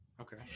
Okay